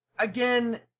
Again